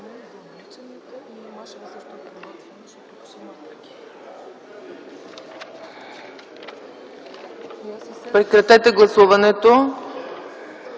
Прекратете гласуването!